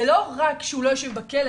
זה לא רק שהוא לא יושב בכלא,